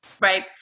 right